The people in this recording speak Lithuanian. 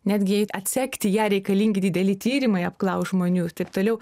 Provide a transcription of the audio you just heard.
netgi jei atsekti ją reikalingi dideli tyrimai apklaust žmonių ir taip toliau